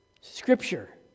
Scripture